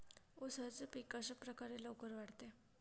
उसाचे पीक कशाप्रकारे लवकर वाढते?